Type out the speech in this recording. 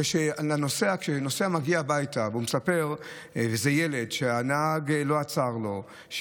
כשנוסע מגיע הביתה והוא מספר לילד שהנהג לא עצר לו,